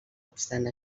obstant